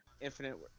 Infinite